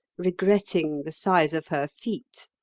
regretting the size of her feet.